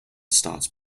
starts